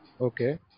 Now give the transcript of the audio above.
okay